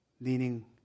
leaning